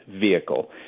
vehicle